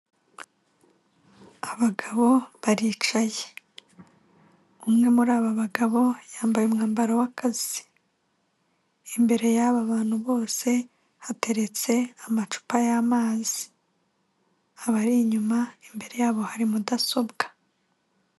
Abagabo baricaye umwe muri aba bagabo yambaye umwambaro w'akazi, imbere y'aba bantu bose hateretse amacupa y'amazi, abari inyuma imbere yabo hari mudasobwa.